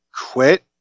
quit